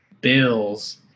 Bills